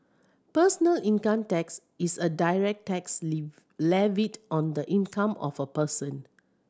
personal income tax is a direct tax levied on the income of a person